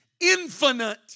infinite